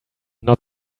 not